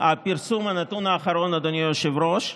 פרסום הנתון האחרון, אדוני היושב-ראש,